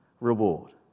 reward